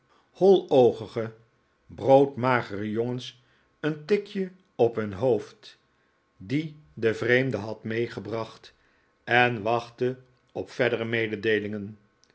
holoogige broodmagere jongens een tikje op hun hoofd die de vreemde had meegebracht en wachtte op verdere mededeelingen